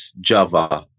Java